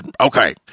okay